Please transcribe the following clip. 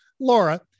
laura